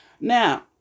now